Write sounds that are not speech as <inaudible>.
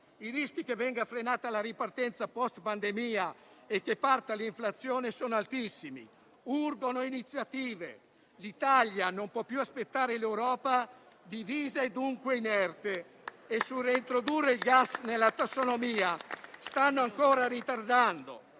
I rischi che venga frenata la ripartenza *post* pandemia e che parta l'inflazione sono altissimi. Urgono pertanto iniziative. L'Italia non può più aspettare l'Europa, divisa e - dunque - inerte. <applause> Sulla reintroduzione del gas nella tassonomia, stanno ancora ritardando.